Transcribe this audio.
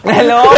Hello